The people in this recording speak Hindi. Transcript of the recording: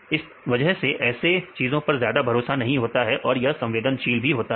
इस वजह से ऐसे चीजों पर ज्यादा भरोसा नहीं होता है और यह संवेदनशील भी होता है